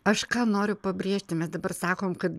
aš ką noriu pabrėžti mes dabar sakom kad